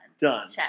Done